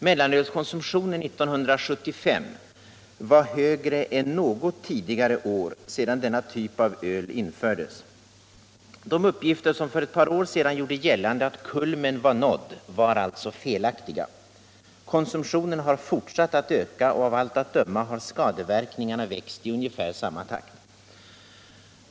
Mellanölskonsumtionen var 1975 högre än något tidigare år sedan denna typ av öl infördes. De uppgifter som för ett par år sedan gjorde gällande att kulmen var nådd var alltså felaktiga. Konsumtionen har fortsatt att öka, och av allt att döma har skadeverkningarna växt i ungefär samma takt.